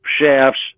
shafts